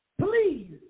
please